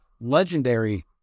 legendary